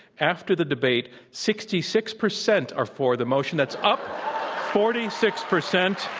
after the debate, sixty six percent are for the motion. that's up forty six percent.